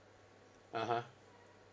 (uh huh)